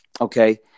okay